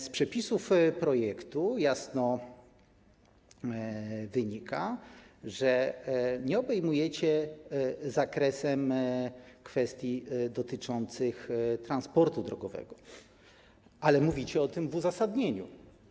Z przepisów projektu jasno wynika, że nie obejmujecie jego zakresem kwestii dotyczących transportu drogowego, ale mówicie o tym w uzasadnieniu.